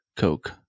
coke